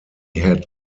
had